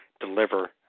deliver